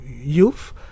youth